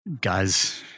guys